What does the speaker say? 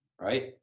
right